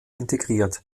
integriert